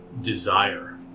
desire